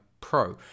Pro